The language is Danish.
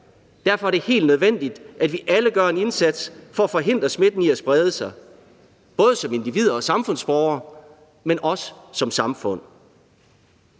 Derfor er det helt nødvendigt, at vi alle gør en indsats for at forhindre smitten i at sprede sig, både som individer og samfundsborgere, men også som samfund.